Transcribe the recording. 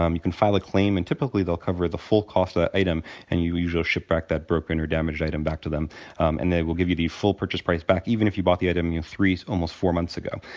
um you can file a claim and typically they'll cover the full cost ah item and you usually ship back that broken or damaged item back to them um and they will give you the full purchase price back even if you bought the item three, almost four months ago.